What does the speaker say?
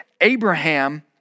Abraham